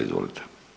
Izvolite.